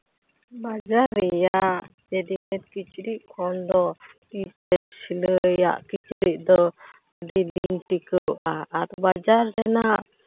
ᱵᱟᱡᱟᱨ ᱨᱮᱭᱟᱜ ᱨᱮᱰᱤᱢᱮᱴ ᱠᱤᱪᱨᱤᱡ ᱠᱷᱚᱱ ᱫᱚ ᱛᱤ ᱛᱮ ᱥᱤᱞᱟᱹᱭᱟᱜ ᱠᱤᱪᱨᱤᱪ ᱫᱚ ᱟᱹᱰᱤ ᱫᱤᱱ ᱴᱤᱠᱟᱹᱣᱚᱜᱼᱟ ᱟᱨ ᱵᱟᱡᱟᱨ ᱨᱮᱱᱟᱜ